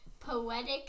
Poetic